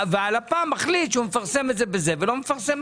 והלפ"ם מחליט שמפרסם את זה בזה ולא שם.